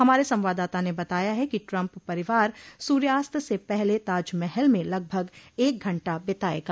हमारे संवाददाता ने बताया है कि ट्रम्प परिवार सूर्यास्त से पहले ताज महल में लगभग एक घंटा बितायेगा